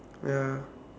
ya